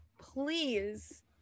please